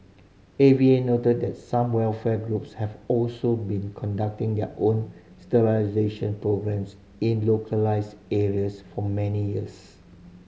A V A noted that some welfare groups have also been conducting their own sterilisation programmes in localised areas for many years